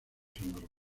sonoros